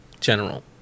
general